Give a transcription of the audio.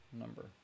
number